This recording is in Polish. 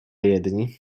jedni